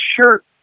shirt